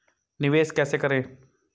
निवेश कैसे करें?